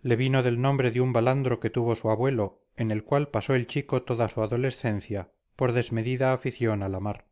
le vino del nombre de un balandro que tuvo su abuelo en el cual pasó el chico toda su adolescencia por desmedida afición a la mar